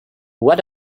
what